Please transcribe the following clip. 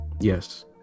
yes